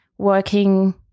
Working